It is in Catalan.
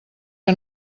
que